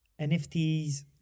nfts